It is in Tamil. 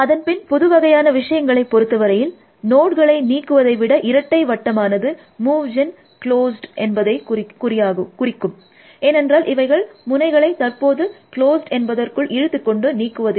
அதன் பின் புதுவகையான விஷயங்களை பொறுத்தவரையில் நோட்களை நீக்குவதை விட இரட்டை வட்டமானது move gen closed move gen closed என்பதை குறிக்கும் ஏனென்றால் இவைகள் முனைகளை தற்போது க்ளோஸ்ட் என்பதற்குள் இழுத்து கொண்டு நீக்குவதில்லை